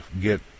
get